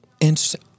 interesting